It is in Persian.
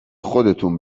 خودتون